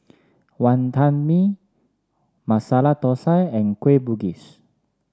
Wantan Mee Masala Thosai and Kueh Bugis